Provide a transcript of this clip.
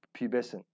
pubescent